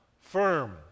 firm